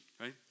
right